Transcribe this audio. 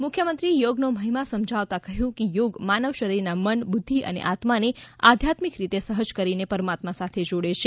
મુખ્યમંત્રીએ આ અવસરે યોગનો મહિમા સમજાવતાં કહ્યું કે યોગ માનવશરીરના મન બુધ્ધિ અને આત્માને આધ્યાત્મિક રીતે સહજ કરીને પરમાત્મા સાથે જોડે છે